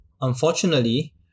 unfortunately